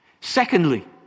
Secondly